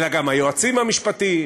אלא גם היועצים המשפטיים,